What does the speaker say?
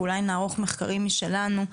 ואולי נערוך מחקרים משלנו,